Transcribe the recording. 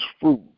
fruit